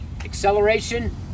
acceleration